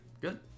good